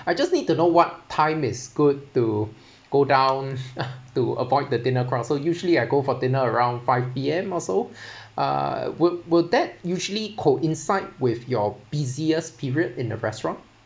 I just need to know what time is good to go down to avoid the dinner crowd so usually I go for dinner around five P_M also uh will will that usually coincide with your busiest period in the restaurant